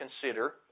consider